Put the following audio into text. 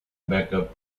backup